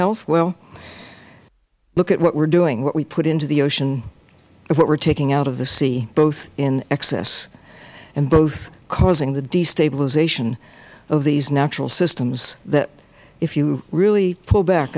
health well look at what we are doing what we have put into the ocean and what we are taking out of the sea both in excess and both causing the destabilization of these natural systems that if you really pull back